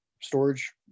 storage